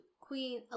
Queen